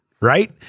Right